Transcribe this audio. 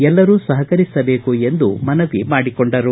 ಎಲ್ಲರೂ ಸಹಕರಿಸಬೇಕು ಎಂದು ಮನವಿ ಮಾಡಿಕೊಂಡರು